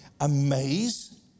amaze